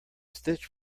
stitch